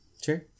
Sure